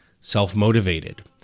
self-motivated